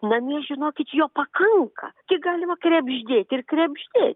namie žinokit jo pakanka tik galima krebždėt ir krebždėt